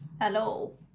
Hello